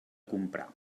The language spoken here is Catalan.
comprar